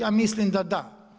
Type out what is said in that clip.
Ja mislim da da.